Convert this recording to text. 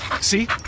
See